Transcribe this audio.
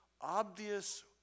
obvious